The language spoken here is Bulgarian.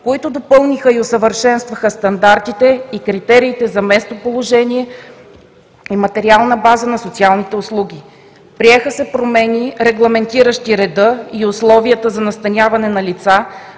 които допълниха и усъвършенстваха стандартите и критериите за местоположение и материална база на социалните услуги. Приеха се промени, регламентиращи реда и условията за настаняване на лица,